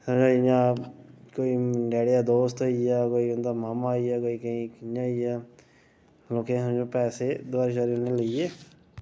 समझो इ'यां कोई डैडी दा दोस्त होई गेआ कोई उंदा मामा होई गेआ कोई कि'यां होई गेआ लोकें शा समझो पैसे दोहारे शुआरे उ'नें लेइयै